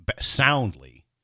soundly